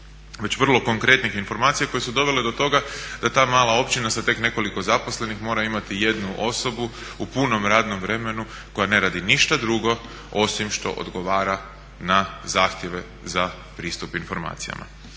već vrlo konkretnih informacija koje su dovele do toga da ta mala općina sa tek nekoliko zaposlenih mora imati jednu osobu u punom radnom vremenu koja ne radi ništa drugo osim što odgovara na zahtjeve za pristup informacijama.